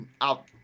out